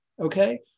Okay